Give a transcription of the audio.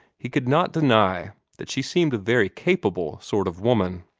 he could not deny that she seemed a very capable sort of woman.